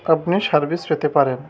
আপনি সার্ভিস পেতে পারেন